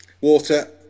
Water